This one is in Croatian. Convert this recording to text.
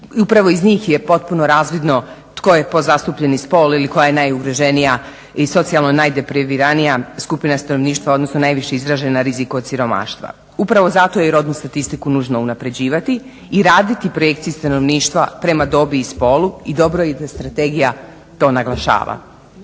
upravo iz njih je potpuno razvidno tko je podzastupljeni spol ili koja je najugroženija i socijalno najdepriviranija skupina stanovništva u odnosu najaviše izražen rizik od siromaštva. Upravo zato je rodnu statistiku nužno unapređivati i raditi projekcije stanovništva prema dobi i spolu i dobro je da strategija to naglašava.